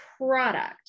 product